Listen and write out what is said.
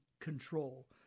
control